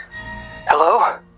Hello